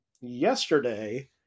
yesterday